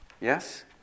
Yes